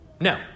No